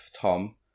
Tom